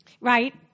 Right